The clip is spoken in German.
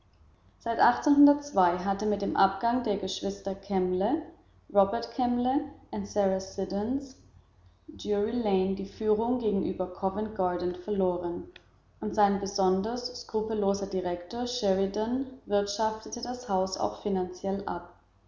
seit hatte mit dem abgang der geschwister kemble robert kemble und sarah siddons drury lane die führung gegenüber covent garden verloren und sein besonders skrupelloser direktor sheridan wirtschaftete das haus auch finanziell ab